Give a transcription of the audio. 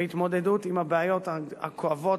להתמודדות עם הבעיות הכואבות,